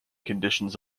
conditions